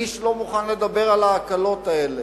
איש לא מוכן לדבר על ההקלות האלה.